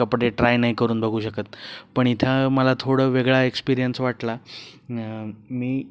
कपडे ट्राय नाही करून बघू शकत पण इथं मला थोडं वेगळा एक्सपिरियन्स वाटला मी